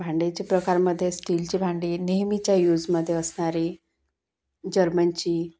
भांड्याच्या प्रकारामध्ये स्टीलची भांडी नेहमीच्या यूजमध्ये असणारी जर्मनची